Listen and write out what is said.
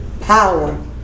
power